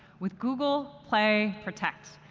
with google play protect.